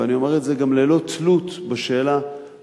ואני אומר את זה גם ללא תלות בשאלה מי